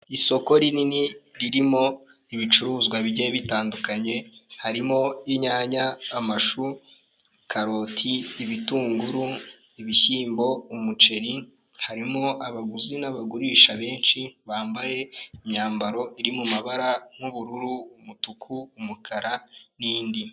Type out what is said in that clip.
Isoko rinini ririmo ibicuruzwa bigiye bitandukanye harimo inyanya, amashu, karoti, ibitunguru, ibishyimbo, umuceri, harimo abaguzi n'abagurisha benshi bambaye imyambaro iri mu mabara nk'ubururu, umutuku, umukara, n'indi.